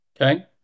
Okay